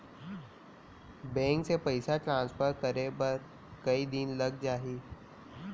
Bank से पइसा transfer करे बर कई दिन लग जाही?